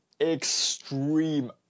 Extreme